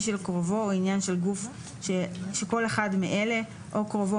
של קרובו או עניין של גוף שכל אחד מאלה או קרובו,